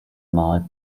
night